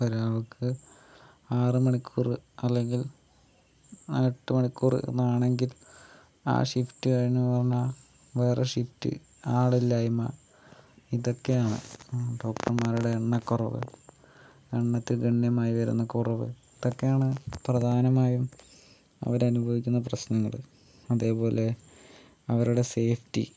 ഒരാൾക്ക് ആറുമണിക്കൂർ അല്ലെങ്കിൽ എട്ടുമണിക്കൂർ ആണെങ്കിൽ ആ ഷിഫ്റ്റ് കഴിഞ്ഞു എന്നു പറഞ്ഞാൽ വേറെ ഷിഫ്റ്റ് ആളില്ലായ്മ ഇതൊക്കെയാണ് ഡോക്ടർമാരുടെ എണ്ണക്കുറവ് എണ്ണത്തിൽ ഗണ്യമായി വരുന്ന കുറവ് ഇതൊക്കെയാണ് പ്രധാനമായും അവരനുഭവിക്കുന്ന പ്രശ്നങ്ങൾ അതേപോലെ അവരുടെ സേഫ്റ്റി